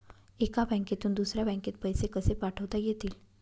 एका बँकेतून दुसऱ्या बँकेत पैसे कसे पाठवता येतील?